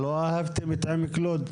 לא אהבתם את עמק לוד?